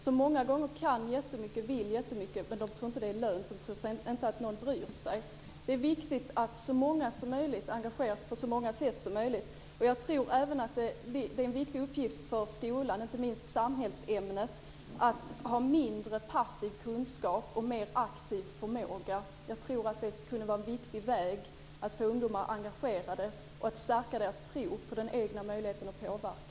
De kan och vill många gånger jättemycket, men de tror inte att det är lönt, de tror inte att någon bryr sig. Det är viktigt att så många som möjligt engagerar sig på så många sätt som möjligt, och jag tror även att det är en viktig uppgift för skolan, inte minst samhällsämnet, att ha mindre av passiv kunskap och mer av aktiv förmåga. Jag tror att det skulle vara en viktig väg att få ungdomar engagerade och att stärka deras tro på den egna möjligheten att påverka.